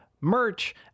merch